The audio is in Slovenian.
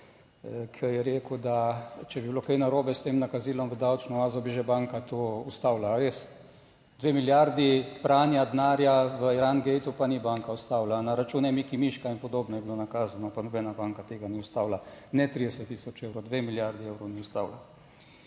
Ker je rekel, da če bi bilo kaj narobe s tem nakazilom v davčno oazo, bi že banka to ustavila. Ali res? Dve milijardi pranja denarja v / nerazumljivo/ pa ni banka ustavila. Na račun Miki miška(?) in podobno je bilo nakazano, pa nobena banka tega ni ustavila. Ne 30 tisoč evrov, dve milijardi evrov ni ustavila.